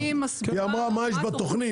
כי היא אמרה מה יש בתוכנית,